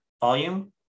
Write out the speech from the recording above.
volume